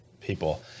people